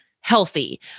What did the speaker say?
healthy